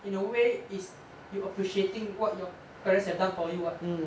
in a way it's you appreciating what your parents have done for you [what]